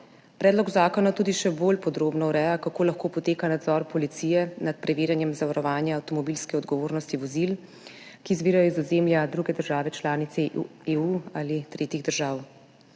Predlog zakona tudi še bolj podrobno ureja, kako lahko poteka nadzor policije nad preverjanjem zavarovanja avtomobilske odgovornosti vozil, ki izvirajo iz ozemlja druge države članice EU ali tretjih držav.